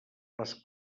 les